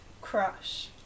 crush